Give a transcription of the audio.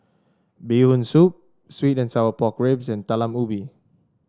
Bee Hoon Soup sweet and Sour Pork Ribs and Talam Ubi